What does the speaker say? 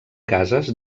cases